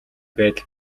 байдал